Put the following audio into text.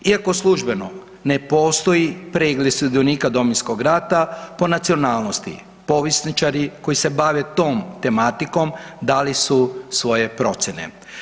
Iako službeno ne postoji pregled sudionika Domovinskog rata po nacionalnosti, povjesničari koji se bave tom tematikom dali su svoje procjene.